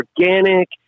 organic